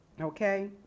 okay